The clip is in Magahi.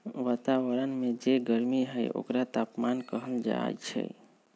वतावरन में जे गरमी हई ओकरे तापमान कहल जाई छई